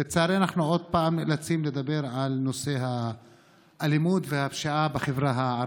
לצערי אנחנו עוד פעם נאלצים לדבר על נושא האלימות והפשיעה בחברה הערבית.